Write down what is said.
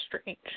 strange